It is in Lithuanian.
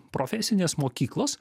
profesinės mokyklos